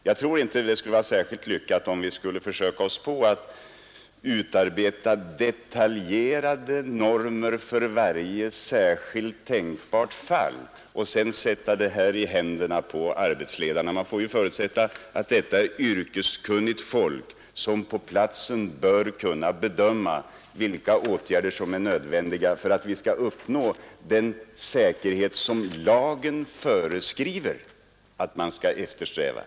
Jag tror inte det skulle vara särskilt lyckat om vi skulle försöka oss på att utarbeta detaljerade normer för varje tänkbart fall och sedan överlåta åt arbetsledarna att tillämpa dessa bestämmelser. Man får ju förutsätta att det finns yrkeskunnigt folk på arbetsplatserna som kan bedöma vilka åtgärder som är nödvändiga för att den säkerhet skall uppnås som lagen föreskriver att man skall eftersträva.